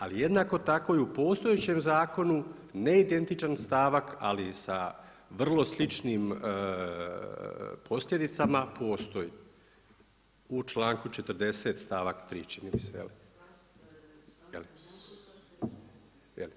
Ali jednako tako i u postojećem zakonu ne identičan stavak ali sa vrlo sličnim posljedicama, postoji, u članku 40. stavak 3., čini mi se.